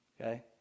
Okay